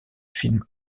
film